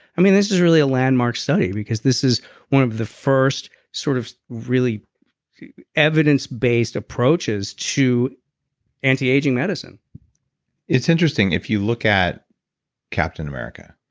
i mean this is really a landmark study because this is one of the first sort of really evidence-based approaches to antiaging medicine it's interesting if you look at captain america.